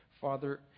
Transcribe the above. Father